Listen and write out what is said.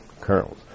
colonels